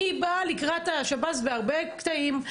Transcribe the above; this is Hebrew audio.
אני באה לקראת השב"ס בהרבה קטעים,